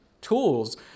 tools